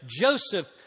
Joseph